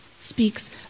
speaks